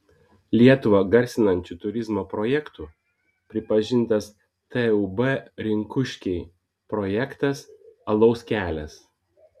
lietuvą garsinančiu turizmo projektu pripažintas tūb rinkuškiai projektas alaus kelias